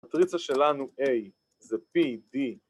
‫מטריצה שלנו A, זה P, D.